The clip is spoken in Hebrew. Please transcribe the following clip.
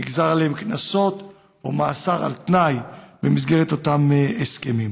נגזרו עליהם קנסות או מאסר על תנאי במסגרת אותם הסכמים.